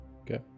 Okay